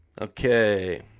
Okay